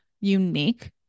unique